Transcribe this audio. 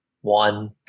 one